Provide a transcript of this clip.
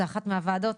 זו אחת מהוועדות,